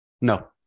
No